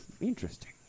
Interesting